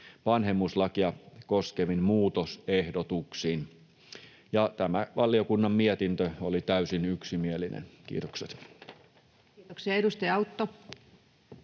vanhemmuuslakia koskevin muutosehdotuksin. Tämä valiokunnan mietintö oli täysin yksimielinen. — Kiitokset. [Speech 165]